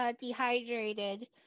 dehydrated